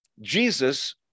Jesus